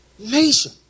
nation